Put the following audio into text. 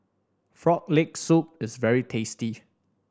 Frog Leg Soup is very tasty